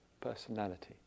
personality